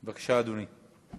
בבקשה, אדוני.